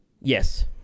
Yes